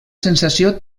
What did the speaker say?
sensació